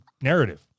narrative